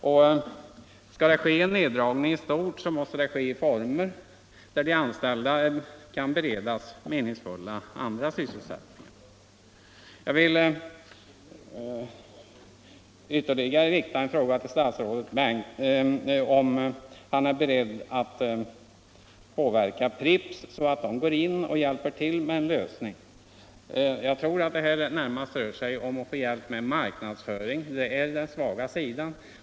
Och skall det bli en neddragning i stort, måste den ske i sådana former att de anställda kan beredas andra meningsfulla sysselsättningar. Jag vill rikta ytterligare en fråga till statsrådet Bengtsson, om han är beredd att påverka Pripps så att det går in och hjälper till med en lösning. Jag tror att det här närmast rör sig om att få hjälp med marknadsföringen. Den är den svaga sidan.